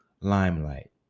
limelight